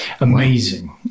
amazing